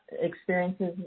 experiences